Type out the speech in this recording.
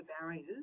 barriers